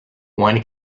one